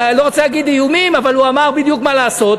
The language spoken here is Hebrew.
אני לא רוצה להגיד איומים אבל הוא אמר בדיוק מה לעשות.